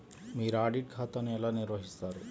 మీరు ఆడిట్ ఖాతాను ఎలా నిర్వహిస్తారు?